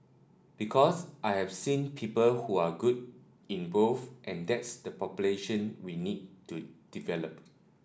because I've seen people who are good in both and that's the population we need to develop